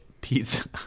pizza